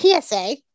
PSA